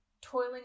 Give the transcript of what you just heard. toiling